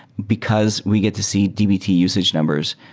because we get to see dbt usage numbers,